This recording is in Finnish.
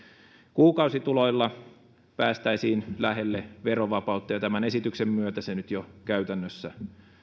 kuukausituloilla päästäisiin lähelle verovapautta ja tämän esityksen myötä se nyt jo käytännössä